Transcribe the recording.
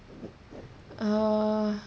err